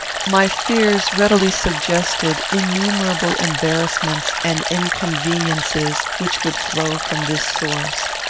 my fears readily suggested innumerable embarrassments and inconveniences which would flow from this source.